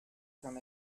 from